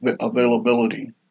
availability